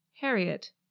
Harriet